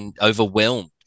overwhelmed